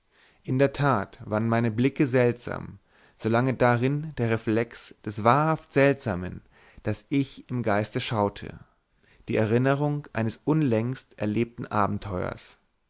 in der tat waren meine blicke seltsam solang darin der reflex des wahrhaft seltsamen das ich im geiste schaute die erinnerung eines unlängst erlebten abenteuers